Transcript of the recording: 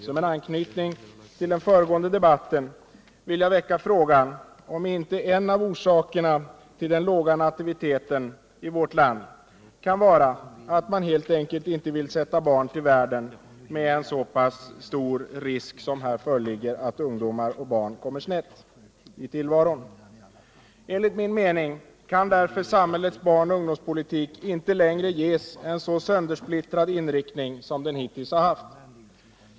Som en anknytning till den föregående debatten vill jag väcka frågan, om inte en av orsakerna till den låga nativiteten i vårt land kan vara att man helt enkelt inte vill sätta barn till världen med sådana risker som här föreligger för att barn och ungdomar kommer snett i tillvaron. Enligt min mening kan samhällets barnoch ungdomspolitik därför inte längre ges en så söndersplittrad inriktning som den hittills har haft.